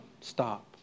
stop